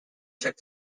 took